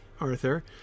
Arthur